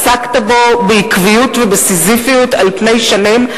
עסקת בו בעקביות ובסיזיפיות על פני שנים,